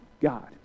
God